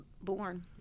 born